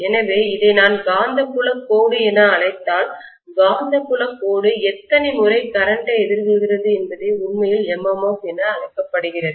எனவே இதை நான் காந்தப்புலக் கோடு என அழைத்தால் காந்தப்புலக் கோடு எத்தனை முறை கரண்ட்டைமின்னோட்டத்தை எதிர்கொள்கிறது என்பதை உண்மையில் MMF என அழைக்கப்படுகிறது